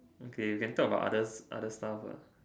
okay you can talk about others other stuff lah